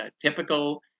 typical